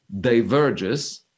diverges